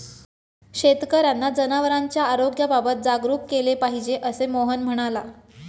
शेतकर्यांना जनावरांच्या आरोग्याबाबत जागरूक केले पाहिजे, असे मोहन म्हणाला